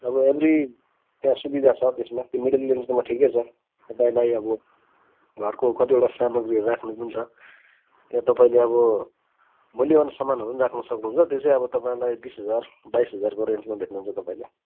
अब एभ्री त्यहाँ सुविधा छ त्यसमा त्यो मिडल रेन्जकोमा ठिकै छ तपाईँलाई अब घरको कतिवटा सामग्रीहरू राख्ने पनि छ त्यहाँ तपाईँले अब मूल्यवान सामानहरू पनि राख्न सक्नुहुन्छ त्यो चाहिँ अब तपाईँलाई बिस हजार बाइस हजारको रेन्जमा भेट्नुहुन्छु तपाईँले